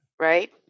right